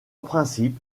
principe